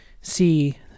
see